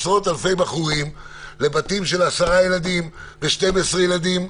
עשרות אלפי בחורים לבתים של 10 ילדים ו-12 ילדים,